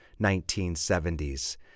1970s